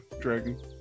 dragon